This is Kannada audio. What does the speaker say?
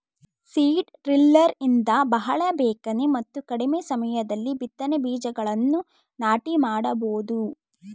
ಸೀಡ್ ಡ್ರಿಲ್ಲರ್ ಇಂದ ಬಹಳ ಬೇಗನೆ ಮತ್ತು ಕಡಿಮೆ ಸಮಯದಲ್ಲಿ ಬಿತ್ತನೆ ಬೀಜಗಳನ್ನು ನಾಟಿ ಮಾಡಬೋದು